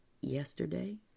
yesterday